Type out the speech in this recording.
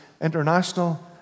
international